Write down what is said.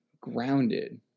grounded